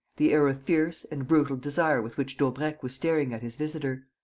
the air of fierce and brutal desire with which daubrecq was staring at his visitor.